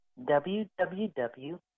www